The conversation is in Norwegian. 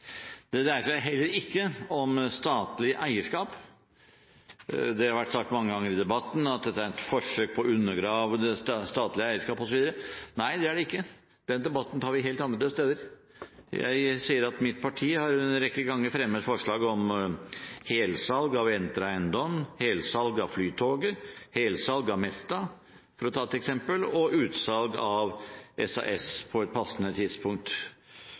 Det dreier seg heller ikke om statlig eierskap. Det har vært sagt mange ganger i debatten at dette er et forsøk på å undergrave det statlige eierskap osv. Nei, det er det ikke. Den debatten tar vi helt andre steder. Mitt parti har en rekke ganger fremmet forslag om f.eks. helsalg av Entra Eiendom, helsalg av Flytoget, helsalg av Mesta og utsalg av SAS på et passende tidspunkt